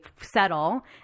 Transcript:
settle